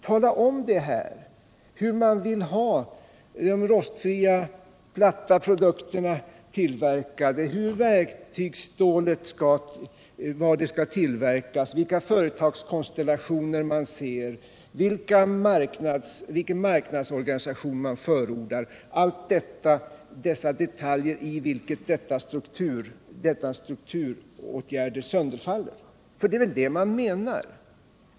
Tala om här hur man vill ha de rostfria platta produkterna tillverkade, var verktygsstålet skall tillverkas, vilka företagskonstellationer man ser, vilken marknadsorganisation man förordar — alla dessa detaljer, i vilka strukturåtgärder sönderfaller! För det är väl det man menar.